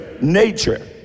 nature